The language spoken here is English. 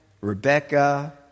Rebecca